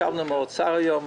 ישבנו עם האוצר היום.